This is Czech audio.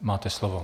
Máte slovo.